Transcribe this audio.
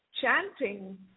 chanting